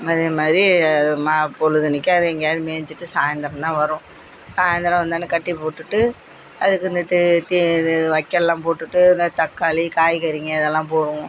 அதே மாதிரி அது மா பொழுதன்னைக்கும் அது எங்கேயாவது மேய்ஞ்சிட்டு சாய்ந்தரம் தான் வரும் சாய்ந்தரம் வந்தோன்னே கட்டிப் போட்டுட்டு அதுக்கு மத்த தி இது வைக்கோல்லாம் போட்டுவிட்டு இந்த தக்காளி காய்கறிங்க இதெல்லாம் போடுவோம்